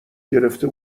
گرفته